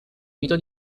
mito